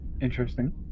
Interesting